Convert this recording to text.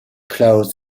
closed